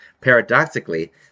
Paradoxically